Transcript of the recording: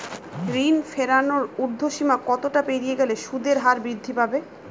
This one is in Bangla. ঋণ ফেরানোর উর্ধ্বসীমা কতটা পেরিয়ে গেলে সুদের হার বৃদ্ধি পাবে?